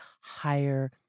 higher